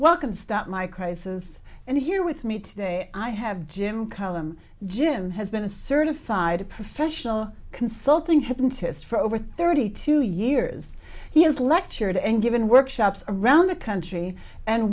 welcome stopped my crisis and here with me today i have jim cullum jim has been a certified professional consulting him test for over thirty two years he has lectured and given workshops around the country and